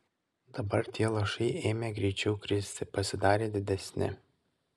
dabar tie lašai ėmė greičiau kristi pasidarė didesni